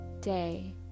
day